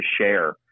share